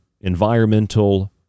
environmental